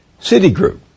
Citigroup